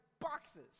boxes